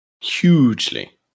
Hugely